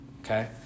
Okay